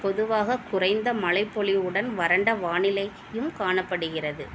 பொதுவாக குறைந்த மழைப்பொலிவுடன் வறண்ட வானிலையும் காணப்படுகிறது